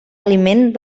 aliment